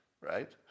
right